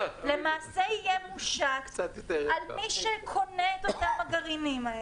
למעשה החצי מיליון דולר יהיה מושת על מי שקונה את אותם גרעינים,